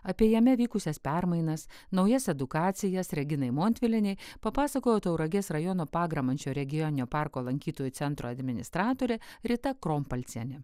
apie jame vykusias permainas naujas edukacijas reginai montvilienei papasakojo tauragės rajono pagramančio regioninio parko lankytojų centro administratorė rita krompalcienė